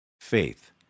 Faith